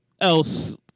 Else